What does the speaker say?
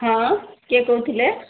ହଁ କିଏ କହୁଥିଲେ